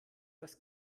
das